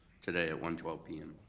today at one twelve p m.